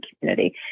community